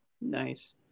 Nice